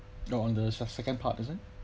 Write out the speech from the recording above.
no on the se~ second part is it